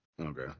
Okay